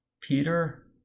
Peter